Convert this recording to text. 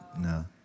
No